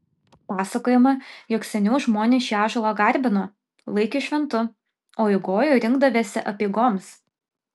pasakojama jog seniau žmonės šį ąžuolą garbino laikė šventu o į gojų rinkdavęsi apeigoms